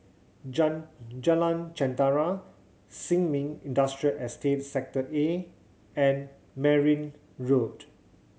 Jalan Jentera Sin Ming Industrial Estate Sector A and Merryn Road